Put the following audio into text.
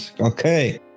Okay